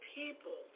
people